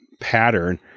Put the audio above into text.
pattern